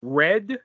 red